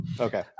okay